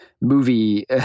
movie